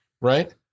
right